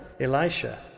Elisha